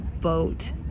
boat